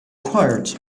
quiet